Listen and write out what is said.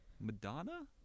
Madonna